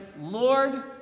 Lord